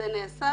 נעשית